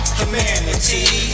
humanity